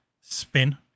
spin